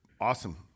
awesome